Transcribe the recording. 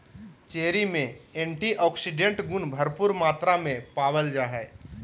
cherry में antioxidants गुण भरपूर मात्रा में पावल जा हइ